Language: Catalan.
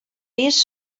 pis